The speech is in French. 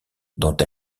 dont